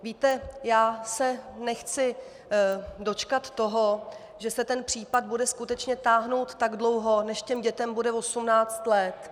Víte, já se nechci dočkat toho, že se ten případ bude skutečně táhnout tak dlouho, než dětem bude 18 let.